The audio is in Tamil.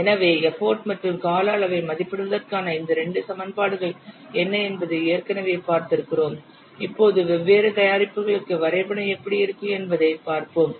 எனவே எப்போட் மற்றும் கால அளவை மதிப்பிடுவதற்கான இந்த 2 சமன்பாடுகள் என்ன என்பதை ஏற்கனவே பார்த்திருக்கிறோம் இப்போது வெவ்வேறு தயாரிப்புகளுக்கு வரைபடம் எப்படி இருக்கும் என்பதை பார்ப்போம்